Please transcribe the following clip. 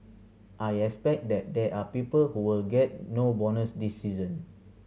I expect that there are people who will get no bonus this season